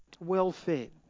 Well-fed